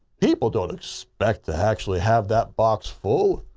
people don't expect to actually have that box full.